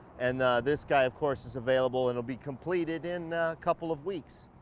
and this guy of course is available. it'll be completed in a couple of weeks.